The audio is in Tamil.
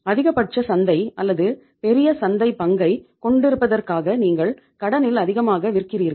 அதிகபட்ச சந்தை அல்லது பெரிய சந்தைப் பங்கைக் கொண்டிருப்பதற்காக நீங்கள் கடனில் அதிகமாக விற்கிறீர்கள்